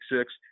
six